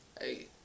hey